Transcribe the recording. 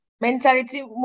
Mentality